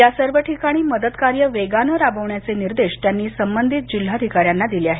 या सर्व ठिकणी मदतकार्य वेगानं करण्याचे निर्देश त्यांनी संबंधित जिल्हाधिकाऱ्यांना दिले आहेत